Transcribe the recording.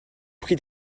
prient